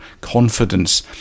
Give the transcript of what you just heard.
confidence